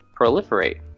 proliferate